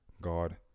God